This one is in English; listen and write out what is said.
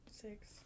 Six